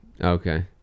Okay